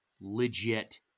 legit